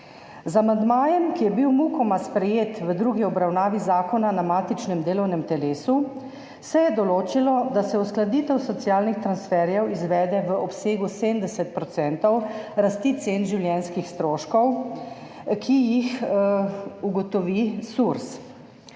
Z amandmajem, ki je bil mukoma sprejet v drugi obravnavi zakona na matičnem delovnem telesu, se je določilo, da se uskladitev socialnih transferjev izvede v obsegu 70 % rasti cen življenjskih stroškov, ki jih ugotovi SURS.